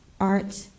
art